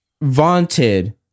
vaunted